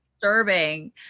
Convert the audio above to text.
disturbing